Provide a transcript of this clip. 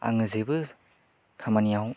आंनो जेबो खामानियाव